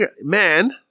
man